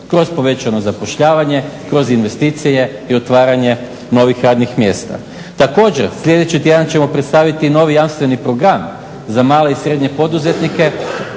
kroz povećano zapošljavanje, kroz investicije i otvaranje novih radnih mjesta. Također, sljedeći tjedan ćemo predstaviti novi jamstveni program za male i srednje poduzetnike